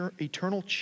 eternal